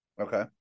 Okay